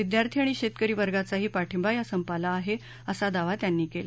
विद्यार्थी आणि शस्क्रिरी वर्गाचाही पाठिंबा या संपाला आह असा दावा त्यांनी कला